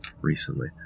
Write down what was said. recently